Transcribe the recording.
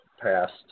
passed